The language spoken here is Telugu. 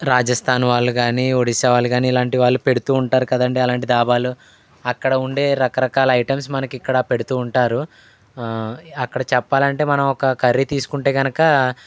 రాజస్థాన్ వాళ్ళు కానీ ఒడిశా వాళ్ళు కానీ ఇలాంటి వాళ్ళు పెడుతూ ఉంటారు కదండీ అలాంటి డాబాలు అక్కడ ఉండే రకరకాల ఐటమ్స్ మనకిక్కడ పెడుతూ ఉంటారు అక్కడ చెప్పాలంటే మనం ఒక కర్రీ తీసుకుంటే కనుక